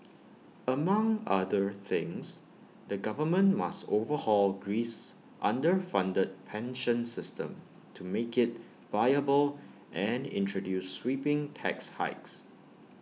among other things the government must overhaul Greece's underfunded pension system to make IT viable and introduce sweeping tax hikes